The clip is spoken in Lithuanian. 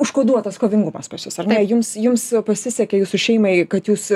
užkoduotas kovingumas pas jus ar ne jums jums pasisekė jūsų šeimai kad jūs